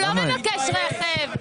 הוא לא מבקש רכב.